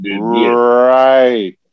Right